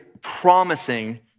promising